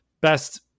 best